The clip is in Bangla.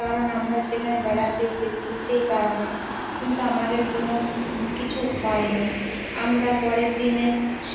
কারণ আমরা সেখানে বেড়াতে এসেছি সেই কারণে কিন্তু আমাদের কোনো কিছু হয়নি আমরা পরের দিনে